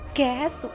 Guess